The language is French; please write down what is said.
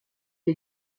est